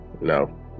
No